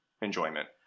enjoyment